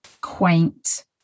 quaint